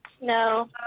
No